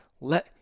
Let